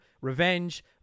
Revenge